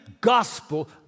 gospel